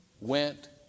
went